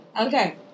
Okay